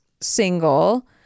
single